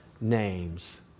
names